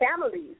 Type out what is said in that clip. families